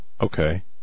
Okay